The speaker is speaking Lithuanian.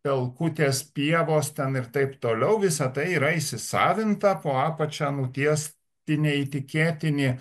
pelkutės pievos ten ir taip toliau visa tai yra įsisavinta po apačia nutiesti neįtikėtini